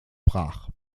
brach